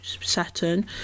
saturn